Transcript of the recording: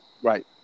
Right